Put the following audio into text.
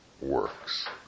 works